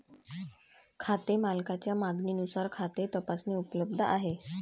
खाते मालकाच्या मागणीनुसार खाते तपासणी उपलब्ध आहे